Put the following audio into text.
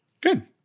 Good